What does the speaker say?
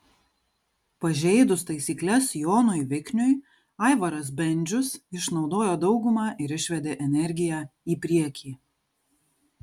pažeidus taisykles jonui vikniui aivaras bendžius išnaudojo daugumą ir išvedė energiją į priekį